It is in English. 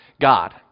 God